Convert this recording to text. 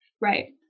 Right